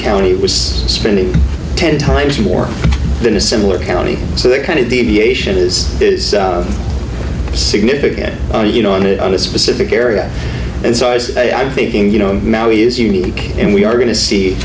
county was spending ten times more than a similar county so that kind of deviation is significant you know on it on a specific area and so i say i'm thinking you know maui is unique and we are going to see